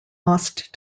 lost